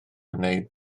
wneud